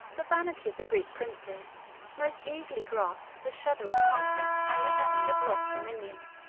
the vanity of the greek princes most eagerly grasped the shadow of conquest and the memory of lost dominion.